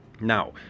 Now